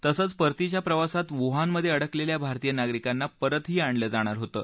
तसंच परतीच्या प्रवासात वूहानमधविडकलच्या भारतीय नागरिकांना परतही आणलं जाणार होतं